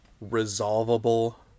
resolvable